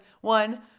one